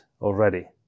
already